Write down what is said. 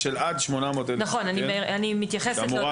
שאמורה לחסוך במידה מסוימת למדינה 800,000. אני מסכימה.